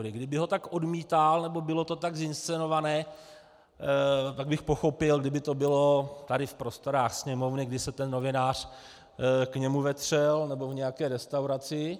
Kdyby ho tak odmítal nebo bylo to tak zinscenované, tak bych pochopil, kdyby to bylo tady v prostorách Sněmovny, kdy se ten novinář k němu vetřel, nebo v nějaké restauraci.